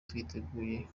twiteguye